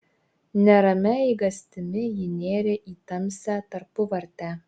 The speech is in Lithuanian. neramia eigastimi ji nėrė į tamsią tarpuvartę